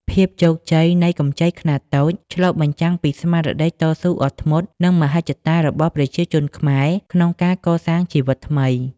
ភាពជោគជ័យនៃកម្ចីខ្នាតតូច ឆ្លុះបញ្ចាំងពីស្មារតីតស៊ូអត់ធ្មត់ និងមហិច្ឆតារបស់ប្រជាជនខ្មែរក្នុងការកសាងជីវិតថ្មី។